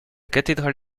cathédrale